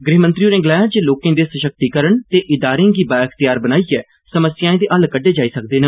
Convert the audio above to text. गृह मंत्री होरे गलाया जे लोकें दे सशक्तिकरण ते इदारें गी बाअख्तिार बनाइयै समस्याएं दे हल कड्डे जाई सकदे न